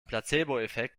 placeboeffekt